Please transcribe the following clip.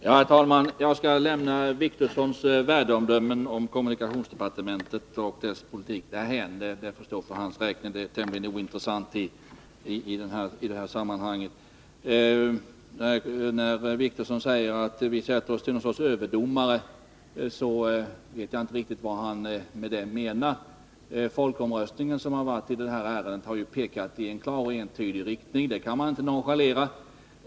Herr talman! Jag skall lämna Åke Wictorssons värdeomdömen om kommunikationsdepartementet och dess politik därhän. Det får stå för hans räkning, och det är tämligen ointressant i det här sammanhanget. När Åke Wictorsson säger att vi sätter oss till något slags överdomare vet jag inte riktigt vad han menar. Folkomröstningen i detta ärende har ju pekat i en klar och entydig riktning. Det kan man inte nonchalera.